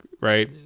right